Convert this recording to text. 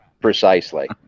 precisely